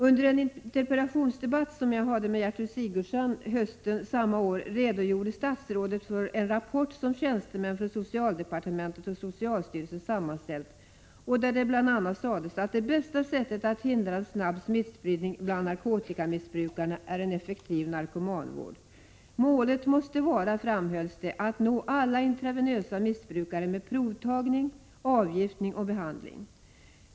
Under en interpellationsdebatt som jag hade med Gertud Sigurdsen hösten samma år redogjorde statsrådet för en rapport som tjänstemän från socialdepartementet och socialstyrelsen hade sammanställt, där det bl.a. sades att det bästa sättet att hindra en snabb smittspridning bland narkotikamissbrukarna är en effektiv narkomanvård. Målet måste vara, framhölls det, att nå alla dem som missbrukar intravenöst, med provtagning, avgiftning och behandling.